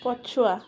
ପଛୁଆ